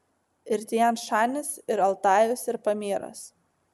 ir tian šanis ir altajus ir pamyras